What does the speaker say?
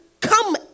come